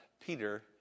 Peter